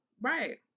Right